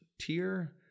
tier